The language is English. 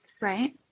Right